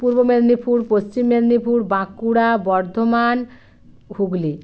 Purba Medinipur Paschim Medinipur Bankura Bardhaman Hooghly